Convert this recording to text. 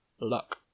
luck